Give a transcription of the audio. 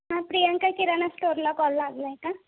हा प्रियांका किराणा स्टोरला कॉल लागला आहे का